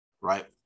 right